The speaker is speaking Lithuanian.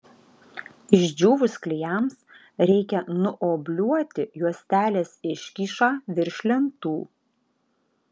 išdžiūvus klijams reikia nuobliuoti juostelės iškyšą virš lentų